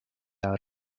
out